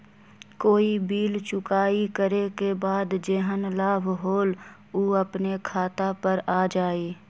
कोई बिल चुकाई करे के बाद जेहन लाभ होल उ अपने खाता पर आ जाई?